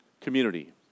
community